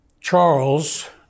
charles